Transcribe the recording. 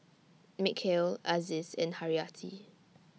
Mikhail Aziz and Haryati